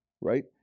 right